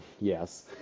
Yes